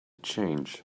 change